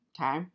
Okay